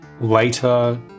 Later